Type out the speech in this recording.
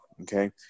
okay